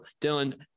Dylan